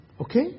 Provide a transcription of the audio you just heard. Okay